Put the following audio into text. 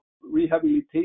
rehabilitation